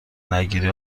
نگیری